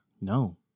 No